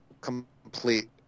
complete